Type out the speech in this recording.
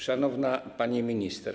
Szanowna Pani Minister!